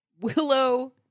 Willow